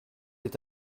est